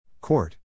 Court